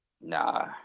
Nah